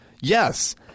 Yes